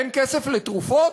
אין כסף לתרופות?